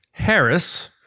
Harris